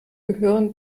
gehören